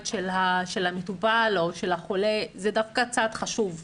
של המטופל או של החולה הוא דווקא צעד חשוב.